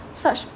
such